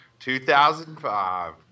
2005